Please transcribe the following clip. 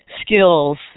skills